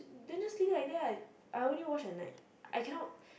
then just leave it like that ah I only wash at night I cannot